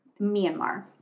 Myanmar